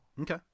okay